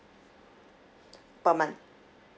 per month